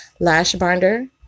Lashbinder